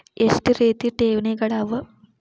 ಎಷ್ಟ ರೇತಿ ಠೇವಣಿಗಳ ಅವ?